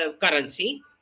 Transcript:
currency